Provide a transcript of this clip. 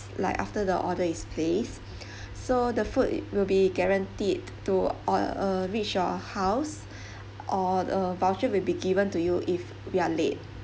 like after the order is placed so the food will be guaranteed to or uh reach your house or a voucher will be given to you if we're late